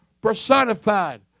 personified